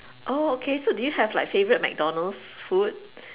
oh okay so do you have like favourite McDonalds food